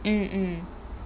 mm mm